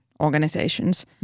organizations